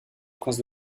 prince